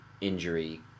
injury